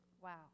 Wow